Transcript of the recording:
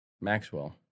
Maxwell